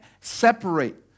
separate